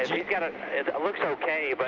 it looks okay. but